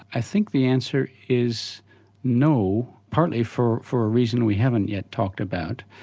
i think the answer is no, partly for for a reason we haven't yet talked about,